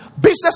Business